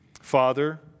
Father